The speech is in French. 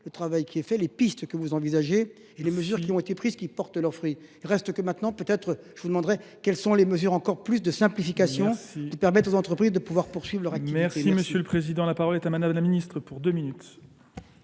le travail qui est fait, les pistes que vous envisagez et les mesures qui ont été prises qui portent leurs fruits. Il reste que maintenant, peut-être, je vous demanderai quelles sont les mesures encore plus de simplification qui permettent aux entreprises de pouvoir poursuivre leur activité. Merci Monsieur le Président. Monsieur le Président. La parole est à Madame la Ministre pour deux minutes.